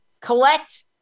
collect